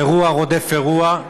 אירוע רודף אירוע,